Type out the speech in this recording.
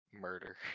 murder